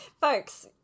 Folks